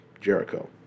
Jericho